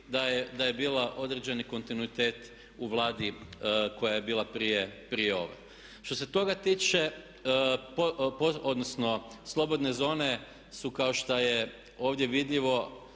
da je bio određeni kontinuitet u Vladi koja je bila prije ove. Što se toga tiče odnosno slobodne zone su kao što je to ovdje vidljivo